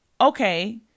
okay